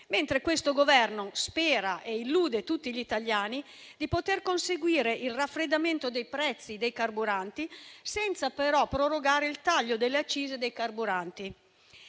mentre questo Governo spera e illude tutti gli italiani di poter conseguire il raffreddamento dei prezzi dei carburanti, senza però prorogare il taglio delle accise sui carburanti.